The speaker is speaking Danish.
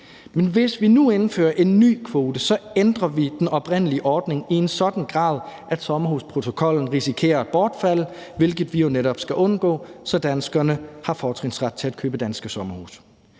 Men hvis vi nu indfører en ny kvote, ændrer vi den oprindelige ordning i en sådan grad, at sommerhusprotokollen risikerer at bortfalde, hvilket vi jo netop skal undgå, så danskerne har fortrinsret til at købe danske sommerhuse.